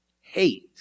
hate